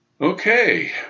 Okay